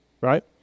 right